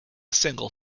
single